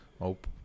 Nope